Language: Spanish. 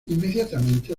inmediatamente